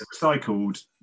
recycled